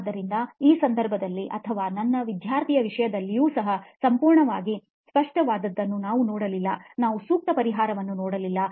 ಆದ್ದರಿಂದ ಈ ಸಂದರ್ಭದಲ್ಲಿ ಅಥವಾ ನನ್ನ ವಿದ್ಯಾರ್ಥಿಯ ವಿಷಯದಲ್ಲಿಯೂ ಸಹ ಸಂಪೂರ್ಣವಾಗಿ ಸ್ಪಷ್ಟವಾದದ್ದನ್ನು ನಾವು ನೋಡುತ್ತಿಲ್ಲ ನಾವು ಸೂಕ್ತ ಪರಿಹಾರವನ್ನು ನೋಡುತ್ತಿಲ್ಲ